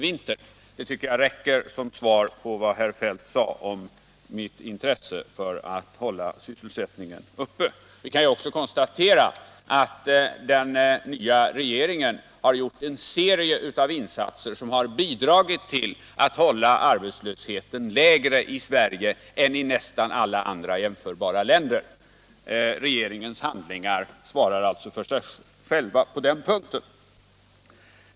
Jag tycker att detta är tillräckligt som svar på det herr Feldt sade om mitt intresse när det gällde att hålla sysselsättningen uppe. Man kan i sammanhanget också konstatera att den nya regeringen har gjort en serie insatser som har bidragit till att hålla arbetslösheten i Sverige lägre än den är i nästan alla jämförbara länder. Regeringens åtgärder talar alltså för sig själva på den punkten.